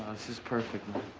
this is perfect, man.